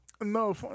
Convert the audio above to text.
No